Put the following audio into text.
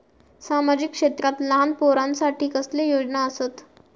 सामाजिक क्षेत्रांत लहान पोरानसाठी कसले योजना आसत?